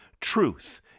truth